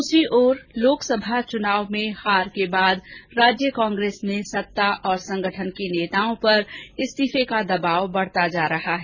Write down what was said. दूसरी और लोकसभा चुनाव में हार के बाद राज्य कांग्रेस में सत्ता और संगठन के नेताओं पर इस्तीफे का दबाव बढता जा रहा है